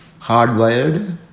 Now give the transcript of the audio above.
hardwired